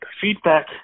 feedback